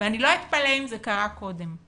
ולא אתפלא אם זה קרה קודם.